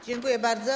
Dziękuję bardzo.